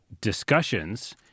discussions